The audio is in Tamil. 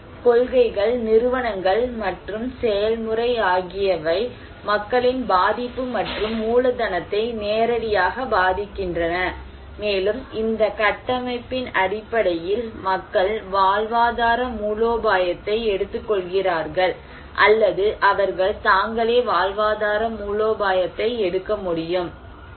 எனவே கொள்கைகள் நிறுவனங்கள் மற்றும் செயல்முறை ஆகியவை மக்களின் பாதிப்பு மற்றும் மூலதனத்தை நேரடியாக பாதிக்கின்றன மேலும் இந்த கட்டமைப்பின் அடிப்படையில் மக்கள் வாழ்வாதார மூலோபாயத்தை எடுத்துக்கொள்கிறார்கள் அல்லது அவர்கள் தாங்களே வாழ்வாதார மூலோபாயத்தை எடுக்க முடியும்